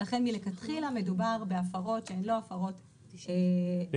לכן מלכתחילה מדובר בהפרות שהן לא הפרות כאלה.